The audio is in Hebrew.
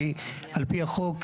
כי על פי החוק,